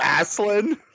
Aslan